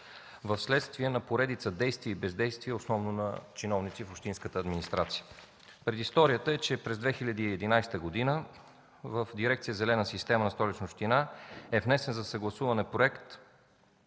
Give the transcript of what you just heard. вследствие на поредица действия и бездействия, основно на чиновници от общинската администрация. Предисторията е, че през 2011 г. в дирекция „Зелена система” на Столична община е внесен за съгласуване проект